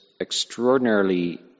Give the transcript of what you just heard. extraordinarily